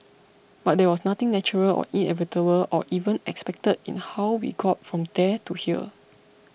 but there was nothing natural or inevitable or even expected in how we got from there to here